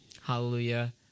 Hallelujah